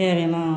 தேவையெல்லாம்